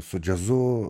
su džiazu